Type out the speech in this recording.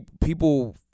people